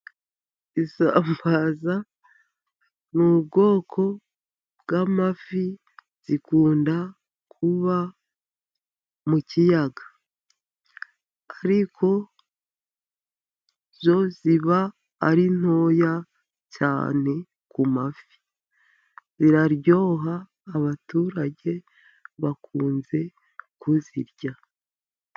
Isambaza ni ubwoko bw'amafi, zikunda kuba mu kiyaga. Ariko zo ziba ari ntoya cyane ku mafi. Ziraryoha abaturage bakunze kuzirya.